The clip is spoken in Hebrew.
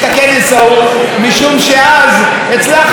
משום שאז הצלחנו לסכל,